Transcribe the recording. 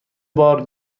بار